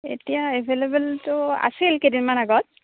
এতিয়া এভেইলেবল ত' আছিল কেইদিনমান আগত